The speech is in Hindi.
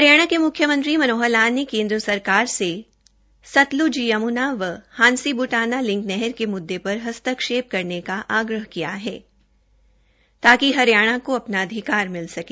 हरियाणा के मुख्यमंत्री मनोहर लाल ने केन्द्र सरकार से सतलूज यमुना व हांसी बूटाना लिंक नहर के मुददे पर हस्तक्षेप करने का आग्रह किया है ताकि हरियाणा को अपना अधिकार मिल सके